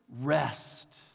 rest